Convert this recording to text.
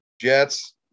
Jets